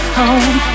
home